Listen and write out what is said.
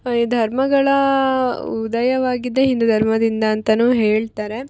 ಈ ಧರ್ಮಗಳ ಉದಯವಾಗಿದ್ದೆ ಹಿಂದೂ ಧರ್ಮದಿಂದ ಅಂತನು ಹೇಳ್ತಾರೆ